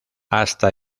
hasta